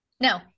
no